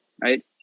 right